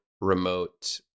remote